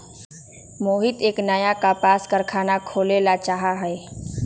मोहित एक नया कपास कारख़ाना खोले ला चाहा हई